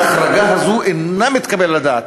ההחרגה הזאת אינה מתקבלת על הדעת.